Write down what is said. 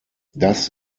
das